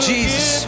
Jesus